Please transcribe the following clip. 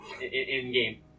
in-game